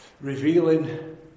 revealing